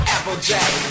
Applejack